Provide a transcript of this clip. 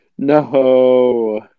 No